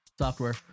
software